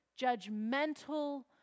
judgmental